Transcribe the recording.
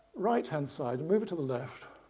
right hand side and move it to the left